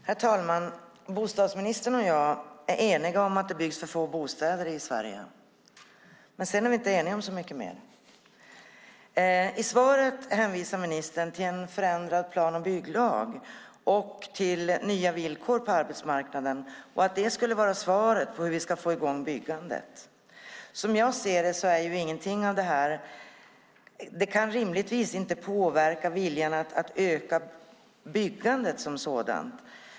Herr talman! Bostadsministern och jag är eniga om att det byggs för få bostäder i Sverige. Men sedan är vi inte eniga om så mycket mer. I svaret hänvisar ministern till en förändrad plan och bygglag och till nya villkor på arbetsmarknaden. Det skulle vara svaret på hur vi ska få i gång byggandet. Som jag ser det kan rimligtvis ingenting av detta påverka viljan att öka byggandet som sådant.